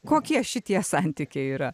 kokie šitie santykiai yra